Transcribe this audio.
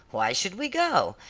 why should we go.